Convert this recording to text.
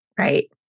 Right